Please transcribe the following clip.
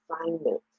assignment